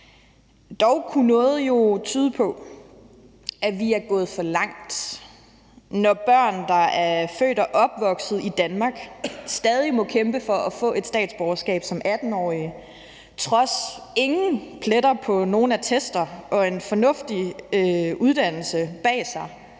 Dog kunne noget jo tyde på, at vi er gået for langt, når børn, der er født og opvokset i Danmark, stadig må kæmpe for at få et statsborgerskab som 18-årig, på trods af at de ikke har nogen pletter på nogen attester og en fornuftig uddannelse bag sig.